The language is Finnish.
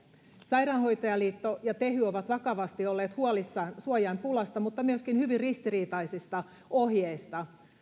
sairaanhoitajaliitto ja tehy ovat vakavasti olleet huolissaan suojainpulasta mutta myöskin hyvin ristiriitaisista ohjeista